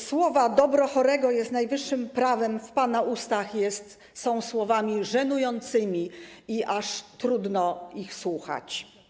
Słowa „dobro chorego jest najwyższym prawem” w pana ustach są słowami żenującymi i aż trudno ich słuchać.